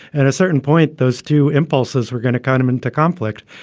at a certain point those two impulses were going to kind of and to conflict.